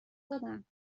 دادند